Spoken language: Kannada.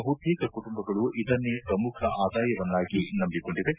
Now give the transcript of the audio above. ಬಹುತೇಕ ಕುಟುಂಬಗಳು ಇದನ್ನೇ ಪ್ರಮುಖ ಆದಾಯವನ್ನಾಗಿ ನಂಬಿಕೊಂಡಿವೆ